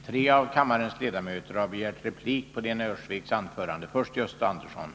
Jag får erinra om att Erik Hovhammars replik gäller Lena Öhrsviks anförande.